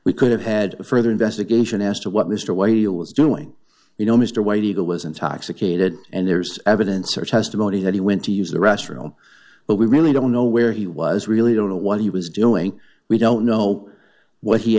we could have had a further investigation as to what mr y you was doing you know mr white eagle was intoxicated and there's evidence or testimony that he went to use the restroom but we really don't know where he was really don't know what he was doing we don't know w